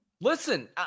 Listen